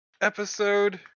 episode